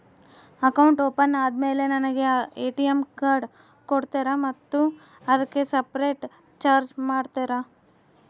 Account open ಆದಮೇಲೆ ನನಗೆ ATM card ಕೊಡ್ತೇರಾ ಮತ್ತು ಅದಕ್ಕೆ ಸಪರೇಟ್ ಚಾರ್ಜ್ ಮಾಡ್ತೇರಾ?